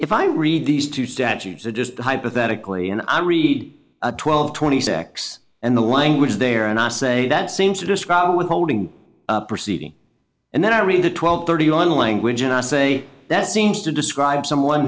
if i read these two statutes i just hypothetically and i read a twelve twenty six and the language there and i say that seems to describe withholding proceeding and then i read a twelve thirty on language and i say that seems to describe someone